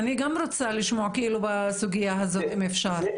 אני גם רוצה לשמוע בסוגיה הזאת אם אפשר.